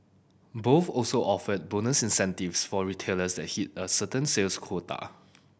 both also offered bonus incentives for retailers that hit a certain sales quota